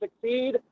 succeed